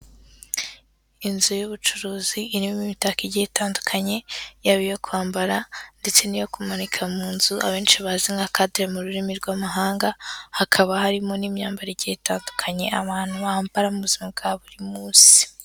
Inzu y'ubucuruzi irimo imitako igiye itandukanye, yaba iyo kwambara ndetse n'iyo kumanika mu nzu abenshi bazi nka kadire mu rurimi rw'amahanga, hakaba harimo n'imyambarire itandukanye abantu bambara mu buzima bwa buri munsi.